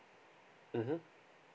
mmhmm